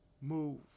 move